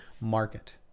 market